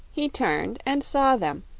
he turned and saw them,